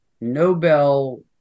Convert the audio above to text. Nobel